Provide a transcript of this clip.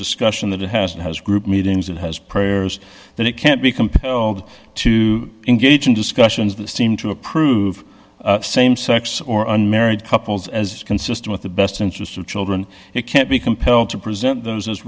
discussion that it has it has group meetings it has prayers that it can't be compelled to engage in discussions of the seem to approve same sex or unmarried couples as consistent with the best interests of children it can't be compelled to preserve those as